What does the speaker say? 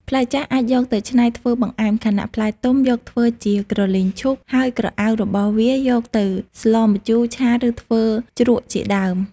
ផ្លែចាស់អាចយកទៅច្នៃធ្វើបង្អែម ខណៈផ្លែទុំយកធ្វើជាក្រលីងឈូក ហើយក្រអៅរបស់វាយកទៅស្លម្ជូរ ឆា ឬធ្វើជ្រក់ ជាដើម ។